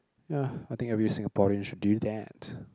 ya I think every Singaporean should do that